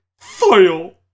Fail